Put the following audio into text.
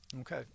okay